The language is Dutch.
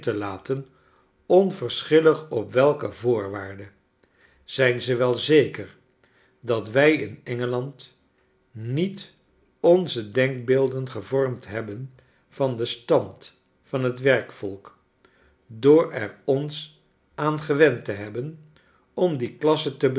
laten onverschillig op welke voorwaarde zijn ze wel zeker dat wij in engeland niet onze denkbeelden gevormd hebben van den stand w van t werkvolk door er ons aan gewendte hebben om die klasse te